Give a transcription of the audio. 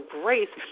grace